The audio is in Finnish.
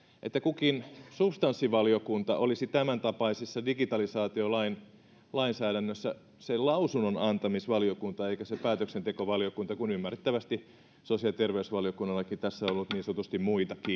että kukin substanssivaliokunta olisi tämäntapaisessa digitalisaatiolainsäädännössä lausunnonantamisvaliokunta eikä päätöksentekovaliokunta kun ymmärrettävästi sosiaali ja terveysvaliokunnallakin tässä on ollut niin sanotusti muita